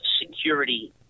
security